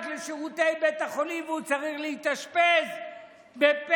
לשירותי בית החולים והוא צריך להתאשפז בפסח,